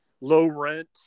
low-rent